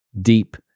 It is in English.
deep